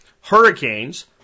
hurricanes